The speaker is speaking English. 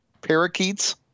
parakeets